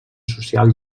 social